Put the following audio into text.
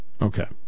Okay